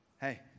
Hey